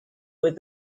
with